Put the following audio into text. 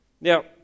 Now